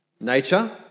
Nature